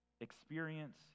Experience